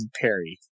Perry